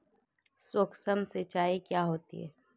सुक्ष्म सिंचाई क्या होती है?